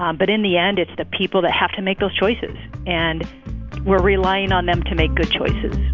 um but in the end, it's the people that have to make those choices. and we're relying on them to make good choices